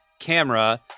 camera